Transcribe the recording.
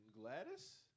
Gladys